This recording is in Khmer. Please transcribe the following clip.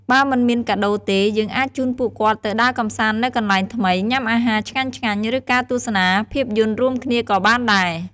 បើមិនមានកាដូរទេ យើងអាចជូនពួកគាត់ទៅដើរកម្សាន្តនៅកន្លែងថ្មី ញ៉ាំអាហារឆ្ញាញ់ៗ ឬការទស្សនាភាពយន្តរួមគ្នាក៏បានដែរ។